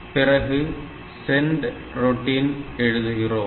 பிறகு send routine எழுதுகிறோம்